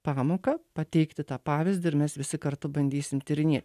pamoką pateikti tą pavyzdį ir mes visi kartu bandysim tyrinė